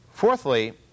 Fourthly